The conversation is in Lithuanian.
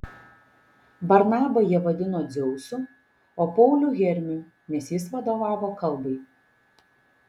barnabą jie vadino dzeusu o paulių hermiu nes jis vadovavo kalbai